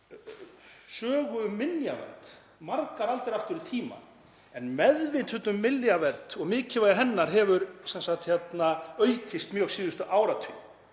sögu um minjavernd, margar aldir aftur í tímann, en meðvitund um minjavernd og mikilvægi hennar hefur aukist mjög síðustu áratugi.